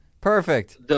Perfect